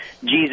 Jesus